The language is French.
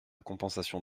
compensation